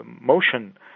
motion